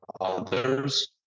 others